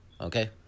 okay